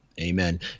Amen